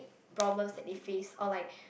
problems that they face or like